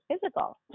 physical